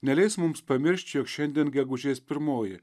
neleis mums pamiršti jog šiandien gegužės pirmoji